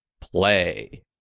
play